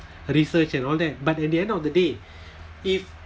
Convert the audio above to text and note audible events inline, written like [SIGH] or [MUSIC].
research and all that but at the end of the day [BREATH] if